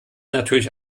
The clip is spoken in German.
natürlich